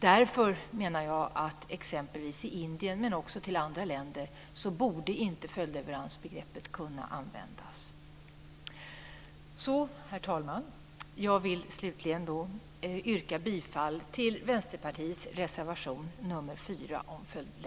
Jag anser att följdbegreppet inte borde kunna användas vid export till Indien och även till andra länder. Herr talman! Jag vill slutligen yrka bifall till